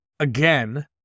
again